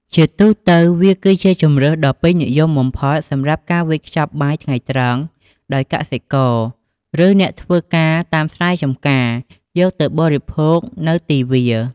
ជាទូទៅ វាគឺជាជម្រើសដ៏ពេញនិយមបំផុតសម្រាប់ការ វេចខ្ចប់បាយថ្ងៃត្រង់ ដោយកសិករ ឬអ្នកធ្វើការតាមស្រែចម្ការ យកទៅបរិភោគនៅទីវាល។